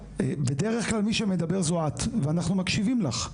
בדרך כלל מי שמדברת זו את, ואנחנו מקשיבים לך.